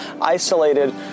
isolated